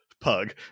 pug